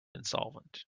insolvent